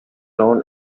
known